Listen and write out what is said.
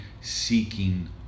seeking